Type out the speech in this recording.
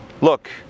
Look